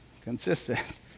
Consistent